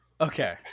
Okay